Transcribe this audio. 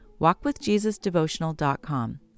walkwithjesusdevotional.com